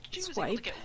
swipe